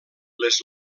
les